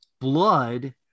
blood